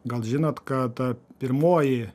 gal žinot ką ta pirmoji